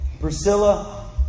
Priscilla